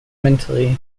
mentally